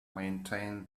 maintain